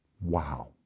Wow